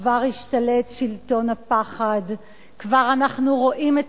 וכבר השתלט שלטון הפחד, כבר אנחנו רואים את